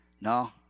No